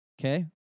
okay